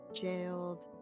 Jailed